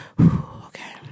Okay